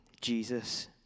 Jesus